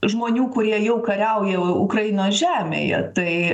žmonių kurie jau kariauja ukrainos žemėje tai